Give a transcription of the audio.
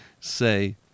say